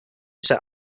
set